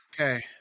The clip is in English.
Okay